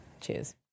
Cheers